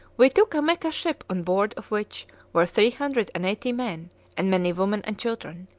we took a mecca ship on board of which were three hundred and eighty men and many women and children,